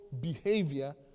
behavior